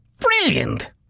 Brilliant